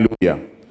Hallelujah